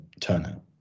turnout